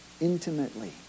intimately